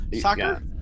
Soccer